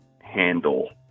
handle